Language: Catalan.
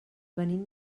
venim